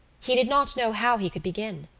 he did not know how he could begin.